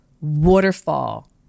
waterfall